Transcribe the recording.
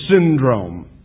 syndrome